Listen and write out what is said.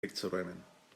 wegzuräumen